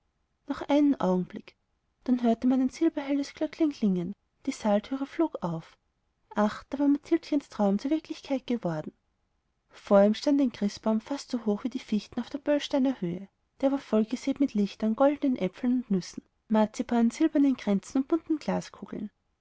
noch einen augenblick da hörte man ein silberhelles glöckchen klingen die saaltüre flog auf ach da war mathildchens traum zur wirklichkeit geworden vor ihm stand ein christbaum fast so hoch wie die fichten auf der böllsteiner höhe der war vollgesät mit lichtern goldnen äpfeln und nüssen marzipan silbernen kränzen und bunten